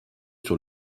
sur